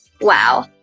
wow